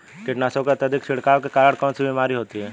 कीटनाशकों के अत्यधिक छिड़काव के कारण कौन सी बीमारी होती है?